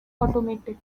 automatic